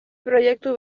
proiektu